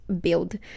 build